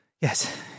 yes